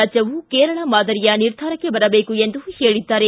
ರಾಜ್ಞವೂ ಕೇರಳ ಮಾದರಿಯ ನಿರ್ಧಾರಕ್ಕೆ ಬರಬೇಕು ಎಂದು ಹೇಳಿದ್ದಾರೆ